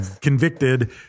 convicted